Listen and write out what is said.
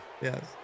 Yes